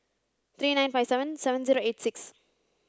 three nine five seven seven zero eight six